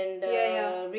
ya ya